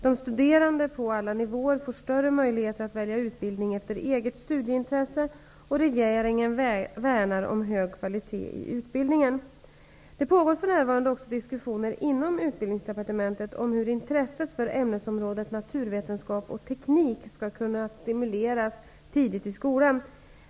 De studerande på alla nivåer får större möjligheter att välja utbildning efter eget studieintresse och regeringen värnar om hög kvalitet i utbildningen. Det pågår för närvarande också diskussioner inom Utbildningsdepartementet om hur intresset för ämnesområdet naturvetenskap och teknik skall kunna stimuleras tidigt i skolan.